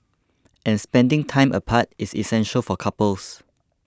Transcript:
and spending time apart is essential for couples